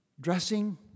dressing